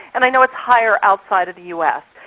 and i know it's higher outside of the us.